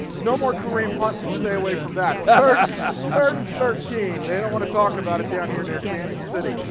no more kareem hunt, we and will stay away from that. third and thirteen, they don't want to talk about it down here near kansas city.